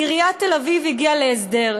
עיריית תל-אביב הגיעה להסדר,